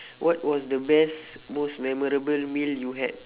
what was the best most memorable meal you had